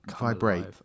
vibrate